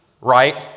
right